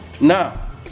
Now